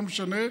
לא משנה,